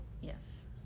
Yes